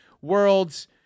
worlds